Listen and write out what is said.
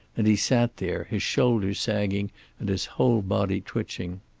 and he sat there, his shoulders sagging and his whole body twitching.